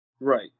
Right